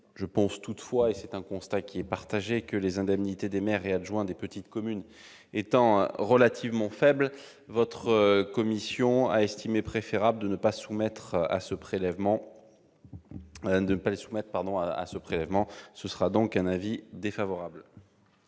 Belenet. Toutefois, et c'est un constat partagé, les indemnités des maires et adjoints des petites communes étant relativement faibles, la commission a jugé préférable de ne pas les soumettre à ce prélèvement. Elle émet donc un avis défavorable.